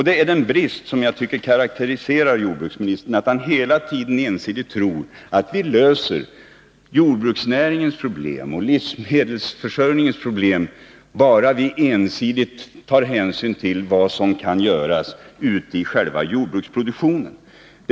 Det är den brist jag tycker karakteriserar jordbruksministern att han hela tiden ensidigt tror att vi löser jordbruksnäringens och livsmedelsförsörjningens problem bara vi ensidigt tar hänsyn till vad som kan göras ute i själva jordbruksproduktionen.